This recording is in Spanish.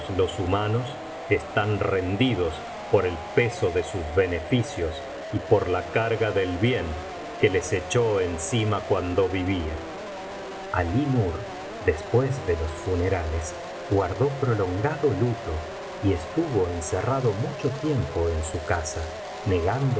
los humanos están rendidos por el peso de sus beneficios y por la carga del bien que les echó encima cuando vivía alí nur después de los funerales guardó prolongado luto y estuvo encerrado mucho tiempo en su casa negándose